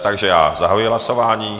Takže já zahajuji hlasování.